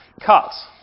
cut